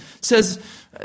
says